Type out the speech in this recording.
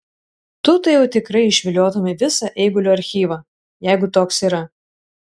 tu tai jau tikrai išviliotumei visą eigulio archyvą jeigu toks yra